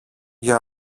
για